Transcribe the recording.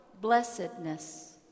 Blessedness